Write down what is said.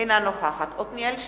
אינה נוכחת עתניאל שנלר,